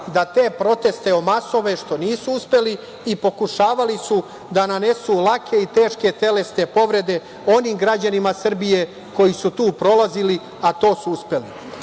da te proteste omasove, što nisu uspeli, i pokušavali su da nanesu lake i teške telesne povrede onim građanima Srbije koji su tu prolazili, a to su uspeli. Imali